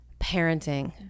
parenting